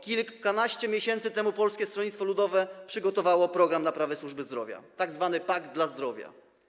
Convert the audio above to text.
Kilkanaście miesięcy temu Polskie Stronnictwo Ludowe przygotowało program naprawy służby zdrowia, tzw. pakt dla zdrowia.